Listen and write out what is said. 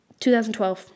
2012